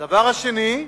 הדבר השני,